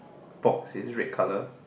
box is red colour